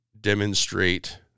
demonstrate